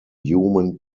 human